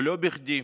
ולא בכדי,